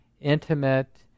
intimate